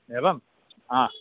एवं हा